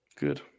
Good